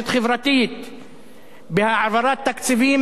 בהעברת תקציבים לתוך מדינת ישראל,